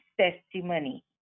testimony